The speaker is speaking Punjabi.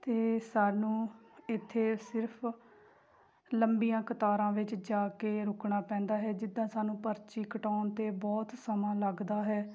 ਅਤੇ ਸਾਨੂੰ ਇੱਥੇ ਸਿਰਫ ਲੰਬੀਆਂ ਕਤਾਰਾਂ ਵਿੱਚ ਜਾ ਕੇ ਰੁਕਣਾ ਪੈਂਦਾ ਹੈ ਜਿੱਦਾਂ ਸਾਨੂੰ ਪਰਚੀ ਕਟਾਉਣ 'ਤੇ ਬਹੁਤ ਸਮਾਂ ਲੱਗਦਾ ਹੈ